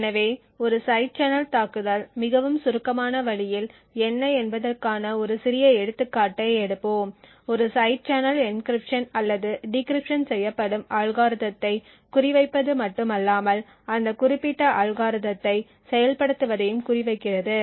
எனவே ஒரு side channel தாக்குதல் மிகவும் சுருக்கமான வழியில் என்ன என்பதற்கான ஒரு சிறிய எடுத்துக்காட்டை எடுப்போம் ஒரு சைடு சேனல் என்கிரிப்ஷன் அல்லது டிகிரிப்ஷன் செய்யப்படும் அல்காரிதத்தை குறிவைப்பது மட்டுமல்லாமல் அந்த குறிப்பிட்ட அல்காரிதத்தை செயல்படுத்துவதையும் குறிவைக்கிறது